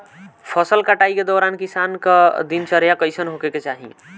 फसल कटाई के दौरान किसान क दिनचर्या कईसन होखे के चाही?